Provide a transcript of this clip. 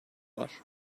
var